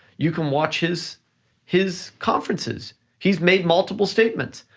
you can watch his his conferences. he's made multiple statements,